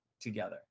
together